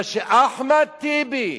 אבל כשאחמד טיבי,